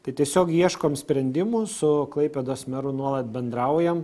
tai tiesiog ieškom sprendimų su klaipėdos meru nuolat bendraujam